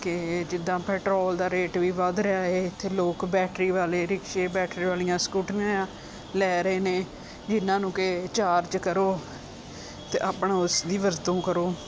ਕਿ ਜਿੱਦਾਂ ਪੈਟਰੋਲ ਦਾ ਰੇਟ ਵੀ ਵੱਧ ਰਿਹਾ ਇੱਥੇ ਲੋਕ ਬੈਟਰੀ ਵਾਲੇ ਰਿਕਸ਼ੇ ਬੈਟਰੀ ਵਾਲੀਆਂ ਸਕੂਟਰੀਆਂ ਆ ਲੈ ਰਹੇ ਨੇ ਜਿਹਨਾਂ ਨੂੰ ਕਿ ਚਾਰਜ ਕਰੋ ਅਤੇ ਆਪਣਾ ਉਸ ਦੀ ਵਰਤੋਂ ਕਰੋ